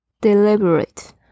Deliberate